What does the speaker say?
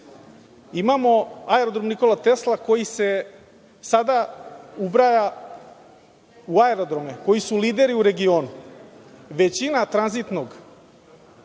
Imamo Aerodrom „Nikola Tesla“ koji se sada ubraja u aerodrome koji su lideri u regionu. Većina tranzitnog